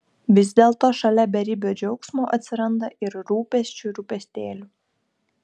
vis dėlto šalia beribio džiaugsmo atsiranda ir rūpesčių rūpestėlių